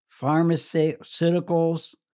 pharmaceuticals